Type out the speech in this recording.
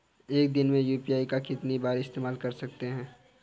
एक दिन में यू.पी.आई का कितनी बार इस्तेमाल कर सकते हैं?